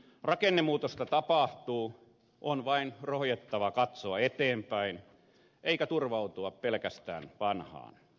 rakennemuutosta tapahtuu on vain rohjettava katsoa eteenpäin eikä turvautua pelkästään vanhaan